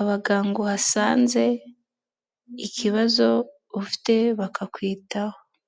abaganga uhasanze ikibazo ufite bakakwitaho.